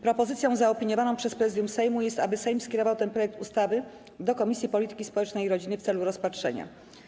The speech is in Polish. Propozycją zaopiniowaną przez Prezydium Sejmu jest, aby Sejm skierował ten projekt ustawy do Komisji Polityki Społecznej i Rodziny w celu rozpatrzenia.